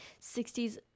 60s